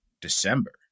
December